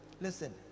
listen